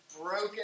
broken